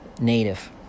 native